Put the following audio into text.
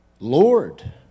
Lord